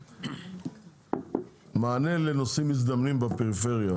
מענה לנושאים מזדמנים בפריפריה,